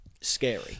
scary